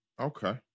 Okay